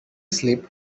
slip